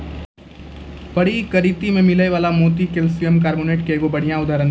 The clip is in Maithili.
परकिरति में मिलै वला मोती कैलसियम कारबोनेट के एगो बढ़िया उदाहरण छै